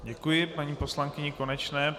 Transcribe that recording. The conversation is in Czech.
Děkuji paní poslankyni Konečné.